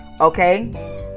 okay